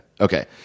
Okay